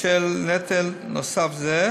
בשל נטל נוסף זה,